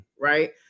right